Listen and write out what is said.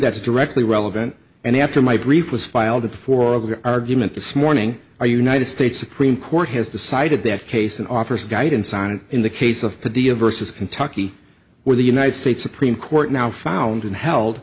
that is directly relevant and after my brief was filed a poor argument this morning or united states supreme court has decided that case and offers a guidance on it in the case of padilla versus kentucky where the united states supreme court now found and held